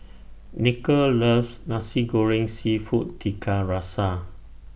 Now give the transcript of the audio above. Nichol loves Nasi Goreng Seafood Tiga Rasa